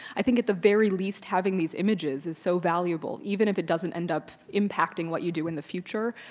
i think at the very least, having these images is so valuable even if it doesn't end up impacting what you do in the future.